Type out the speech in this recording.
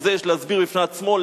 ואת זה יש להסביר בפני עצמו,